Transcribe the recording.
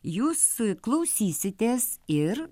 jūs klausysitės ir